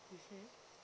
mmhmm